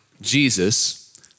Jesus